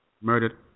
murdered